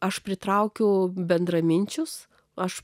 aš pritraukiu bendraminčius aš